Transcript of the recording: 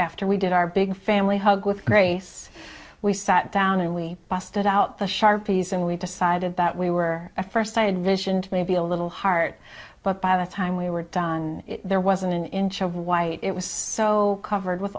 after we did our big family hug with grace we sat down and we busted out the sharpies and we decided that we were a first side addition to maybe a little heart but by the time we were done there wasn't an inch of white it was so covered with